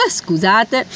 scusate